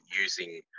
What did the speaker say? using